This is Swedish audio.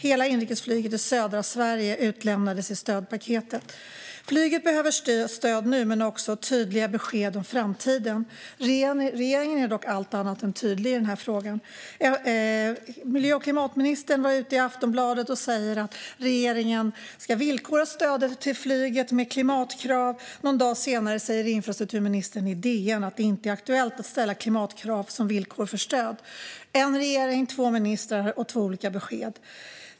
Hela inrikesflyget i södra Sverige utelämnades i stödpaketet. Flyget behöver stöd nu men också tydliga besked om framtiden. Regeringen är dock allt annat än tydlig i denna fråga. Miljö och klimatministern sa i Aftonbladet att regeringen ska villkora stödet till flyget med klimatkrav. Någon dag senare sa infrastrukturministern i DN att det inte är aktuellt att ställa klimatkrav som villkor för stöd. Vi har alltså en regering, två ministrar och två olika besked.